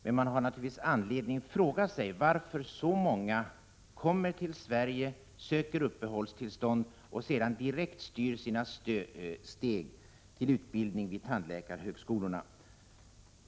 Men man har naturligtvis anledning att fråga sig varför så många kommer till Sverige, söker uppehållstillstånd och sedan direkt styr sina steg till utbildning vid tandläkarhögskolorna.